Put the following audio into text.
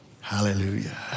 Hallelujah